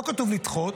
לא כתוב לדחות,